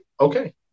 Okay